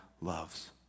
loves